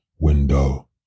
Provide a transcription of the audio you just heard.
window